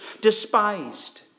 despised